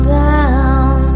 down